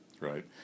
right